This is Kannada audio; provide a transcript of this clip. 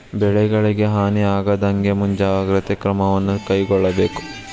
ಬೆಳೆಗಳಿಗೆ ಹಾನಿ ಆಗದಹಾಗೆ ಮುಂಜಾಗ್ರತೆ ಕ್ರಮವನ್ನು ಕೈಗೊಳ್ಳಬೇಕು